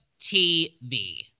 TV